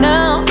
Now